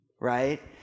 Right